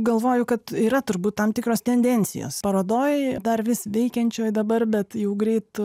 galvoju kad yra turbūt tam tikros tendencijos parodoj dar vis veikiančioj dabar bet jau greit